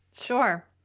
Sure